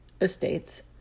estates